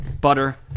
butter